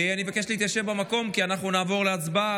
אני מבקש להתיישב במקום, כי אנחנו נעבור להצבעה.